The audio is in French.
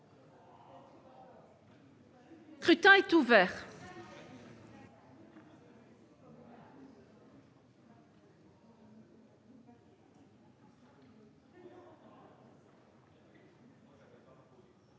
Le scrutin est ouvert.